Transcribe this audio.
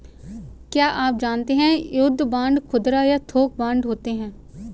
क्या आप जानते है युद्ध बांड खुदरा या थोक बांड होते है?